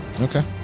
Okay